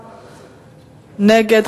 נגד,